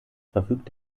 verfügt